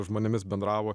žmonėmis bendravo